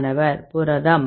மாணவர் புரதம்